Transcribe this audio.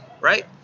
Right